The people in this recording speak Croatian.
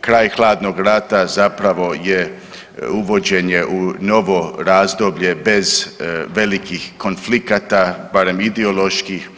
kraj hladnog rata zapravo je uvođenje u novo razdoblje bez velikih konflikata barem ideoloških.